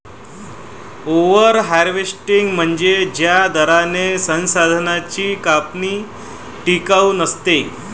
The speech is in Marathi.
ओव्हर हार्वेस्टिंग म्हणजे ज्या दराने संसाधनांची कापणी टिकाऊ नसते